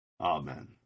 Amen